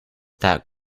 that